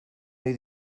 ohi